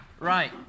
Right